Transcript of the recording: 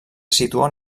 situen